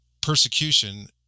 persecution